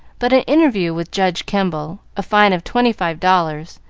but an interview with judge kemble, a fine of twenty-five dollars,